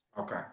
Okay